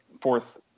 fourth